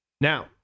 Now –